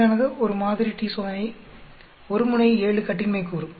895 ஆனது ஒரு மாதிரி t சோதனை ஒரு முனை 7 கட்டின்மை கூறு